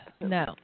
No